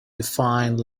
defining